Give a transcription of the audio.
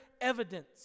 evidence